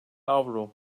avro